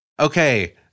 Okay